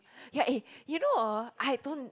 ya eh you know orh I don't